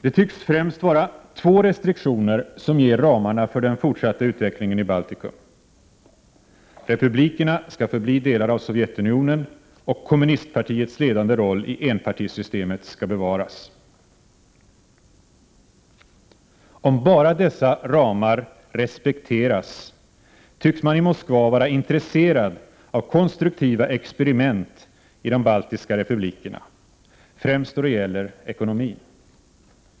Det tycks vara främst två restriktioner som ger ramarna för den fortsatta utvecklingen i Baltikum: republikerna skall förbli delar av Sovjetunionen och kommunistpartiets ledande roll i enpartisystemet skall bevaras. Om bara dessa ramar respekteras tycks man i Moskva vara intresserad av konstruktiva experiment i de baltiska republikerna, främst då det gäller ekonomin.